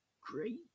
great